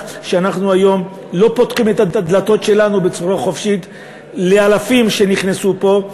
שהיום אנחנו לא פותחים את הדלתות שלנו בצורה חופשית לאלפים שנכנסו לפה.